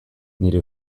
nire